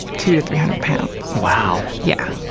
to to three hundred pounds. wow. yeah.